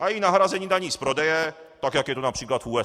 A i nahrazení daní z prodeje, tak jak je to například z USA.